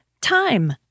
time